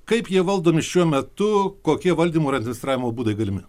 kaip jie valdomi šiuo metu kokie valdymo ir administravimo būdai galimi